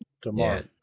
Tomorrow